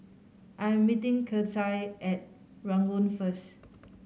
I'm meeting Kecia at Ranggung first